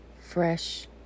fresh